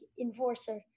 enforcer